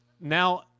now